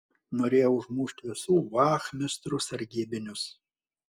norėjo užmušt visų vachmistrų sargybinius